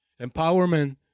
Empowerment